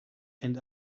and